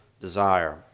desire